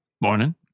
morning